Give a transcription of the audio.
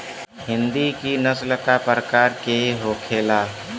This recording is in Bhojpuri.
हिंदी की नस्ल का प्रकार के होखे ला?